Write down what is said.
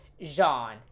Jean